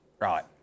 right